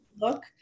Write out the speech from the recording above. look